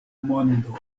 mondo